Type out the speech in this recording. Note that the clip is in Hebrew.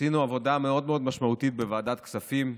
עשינו עבודה מאוד מאוד משמעותית בוועדת כספים,